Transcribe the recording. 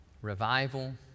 revival